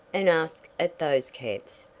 and ask at those camps.